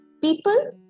People